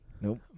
Nope